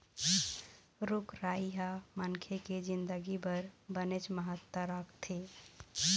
रूख राई ह मनखे के जिनगी बर बनेच महत्ता राखथे